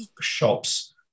shops